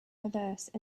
reverse